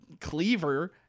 cleaver